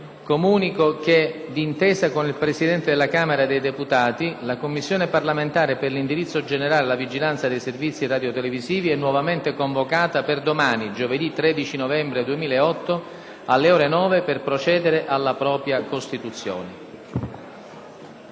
comunico che, d'intesa con il Presidente della Camera dei deputati, la Commissione parlamentare per l'indirizzo generale e la vigilanza dei servizi radiotelevisivi è nuovamente convocata per domani, giovedì 13 novembre 2008, alle ore 9, per procedere alla propria costituzione.